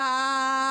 אלא אה,